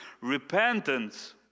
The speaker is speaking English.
repentance